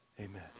Amen